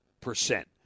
percent